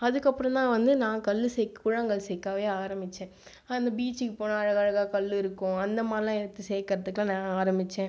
அதற்கு அப்புறம் தான் வந்து நான் கல் சேர்க்க கூழாங்கல் சேர்க்கவே ஆரம்பித்தேன் அந்த பீச்சிக்கு போனால் அழகழகாக கல் இருக்கும் அந்த மாதிரி எல்லாம் எடுத்து சேர்ப்பதற்கு எல்லாம் நான் ஆரம்பித்தேன்